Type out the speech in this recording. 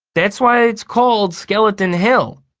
that's why it's called skeleton hill.